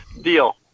Deal